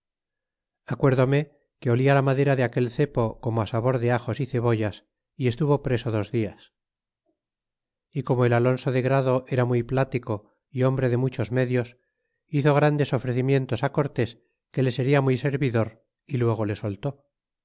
acuérdome que olla la madera de aquel cepo como sabor de ajos y cebollas y estuvo preso dos dias y como el alonso de grado era muy pltico y hombre de muchos medios hizo grandes ofrecimientos cortés que le seria muy servidor y luego le soltó